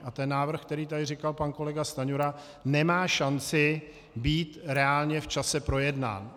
A návrh, který tady říkal pan kolega Stanjura, nemá šanci být reálně v čase projednán.